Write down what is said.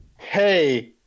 hey